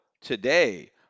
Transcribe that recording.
today